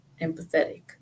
empathetic